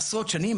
עשרות שנים,